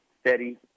steady